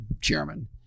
chairman